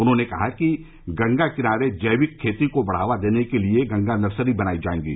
उन्होंने कहा कि गंगा किनारे जैविक खेती को बढ़ावा देने के लिए गंगा नर्सरी बनाई जाएंगी